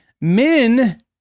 men